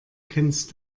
kennst